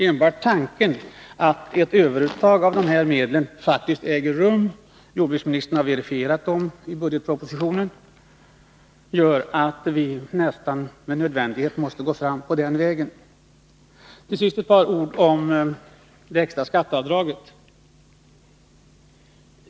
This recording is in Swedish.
Enbart tanken att ett överuttag av medlen faktiskt äger rum — jordbruksministern har verifierat det i budgetpropositionen — gör det nödvändigt för oss att gå fram den vägen. 3 = Till sist några ord om det extra skatteavdraget.